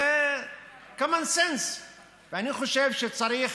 זה common sense אני חושב שצריך